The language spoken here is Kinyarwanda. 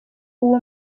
uwo